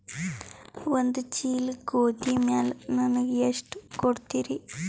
ಒಂದ ಚೀಲ ಗೋಧಿ ಮ್ಯಾಲ ನನಗ ಎಷ್ಟ ಕೊಡತೀರಿ?